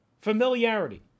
Familiarity